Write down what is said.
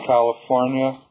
California